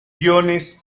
guiones